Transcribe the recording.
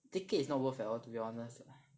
ticket is not worth at all to be honest